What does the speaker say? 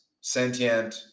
sentient